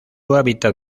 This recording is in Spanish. hábitat